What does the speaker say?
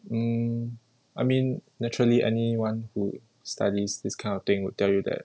hmm I mean naturally anyone who studies this kind of thing would tell you that